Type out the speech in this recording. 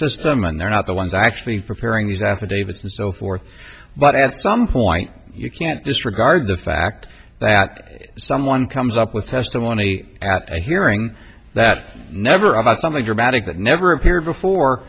system and they're not the ones actually preparing these affidavits and so forth but at some point you can't disregard the fact that someone comes up with testimony at a hearing that never about something dramatic that never appeared before